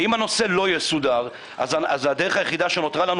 אם הנושא לא יסודר אז הדרך היחידה שנותרה לנו